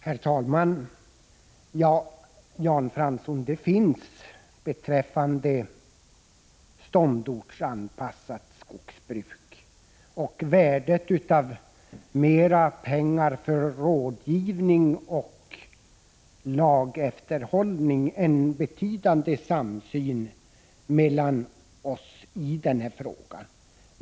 Herr talman! Beträffande ståndortsanpassat skogsbruk och värdet av mer pengar för rådgivning och lagefterhållning finns det en betydande samsyn mellan oss, Jan Fransson.